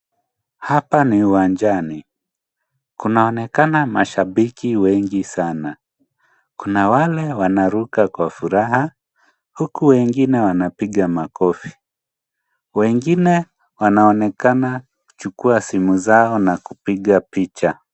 Hapa ni uwanjani, kunaonekana mashabiki wengi sana. Kuna wale wanaruka kwa furaha, huku wengine wanapiga makofi. Wengine wanaonekana kuchukua simu zao na kupiga picha.